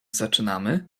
zaczynamy